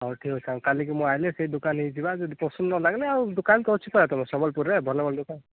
ହଉ ଠିକ୍ଅଛି ସାଙ୍ଗ କାଲିକି ମୁଁ ଆଇଲେ ସେ ଦୋକନୀକୁ ଯିବା ଯଦି ପସନ୍ଦ ନ ଲାଗିଲେ ଆଉ ଦୋକାନ ତ ଅଛି ତମ ସମ୍ବଲପୁରରେ ଭଲ ଭଲ ଦୋକାନ